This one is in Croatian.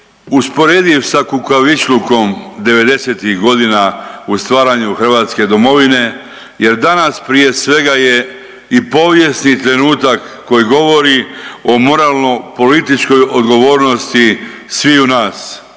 usporedio sa kukavičlukom 90-ih godina u stvaranju hrvatske domovine jer danas prije svega je i povijesni trenutak koji govori o moralno-političkoj odgovornosti sviju nas